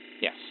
Yes